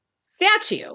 statue